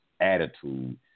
attitude